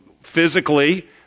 physically